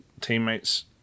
teammates